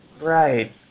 Right